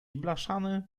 blaszane